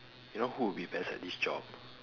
you know who will be best at this job